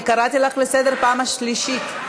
אני קראתי אותך לסדר פעם שלישית,